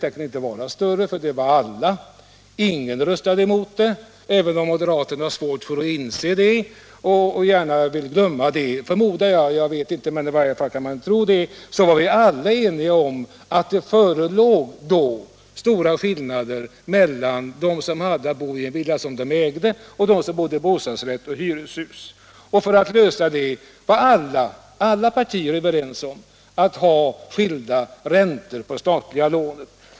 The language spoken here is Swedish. Den = Om ökad rättvisa i kunde inte ha varit större; ingen röstade emot, även om moderaterna fråga om boendegärna vill glömma det —- i varje fall kan man tro det. kostnaderna vid Vi var alla eniga om att det förelåg stora skillnader mellan dem som = olika besittningsforbodde i en villa som de ägde och dem som bodde i bostadsrätts och = mer hyreshus. För att ändra på det var alla partier överens om att tillämpa skilda räntor på de statliga lånen.